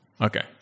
Okay